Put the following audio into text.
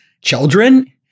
children